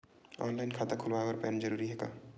Online खाता खुलवाय बर पैन जरूरी हे का?